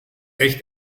echt